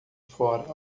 fora